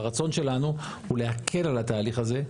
הרצון שלנו הוא להקל על התהליך הזה.